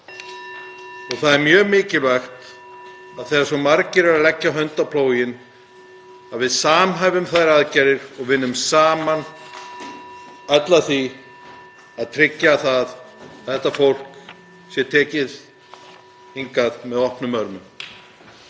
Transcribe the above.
Það er mjög mikilvægt, þegar svo margir eru að leggja hönd á plóginn, að við samhæfum þær aðgerðir og vinnum öll saman að því að tryggja að þessu fólki sé tekið opnum örmum.